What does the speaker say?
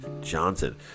Johnson